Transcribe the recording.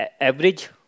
average